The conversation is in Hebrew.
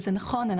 וזה נכון,